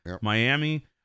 Miami